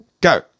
Go